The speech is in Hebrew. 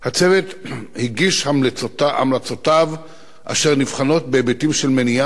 הצוות הגיש המלצותיו אשר נבחנות בהיבטים של מניעה,